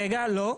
רגע, לא.